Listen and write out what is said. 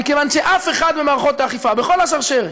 מכיוון שאף אחד במערכות האכיפה, בכל השרשרת,